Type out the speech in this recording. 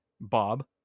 Bob